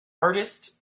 artists